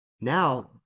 now